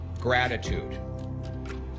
gratitude